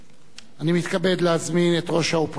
אני מתכבד להזמין את ראש האופוזיציה,